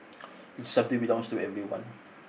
it's something belongs to everyone